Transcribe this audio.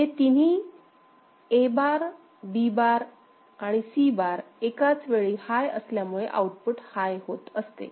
हे तिन्ही A bar B आणि Cएकाच वेळी हाय असल्यामुळे आउटपुट हाय होत असते